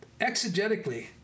exegetically